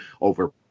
over